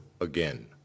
again